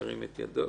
ירים את ידו.